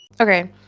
Okay